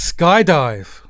Skydive